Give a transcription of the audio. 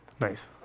Nice